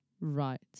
Right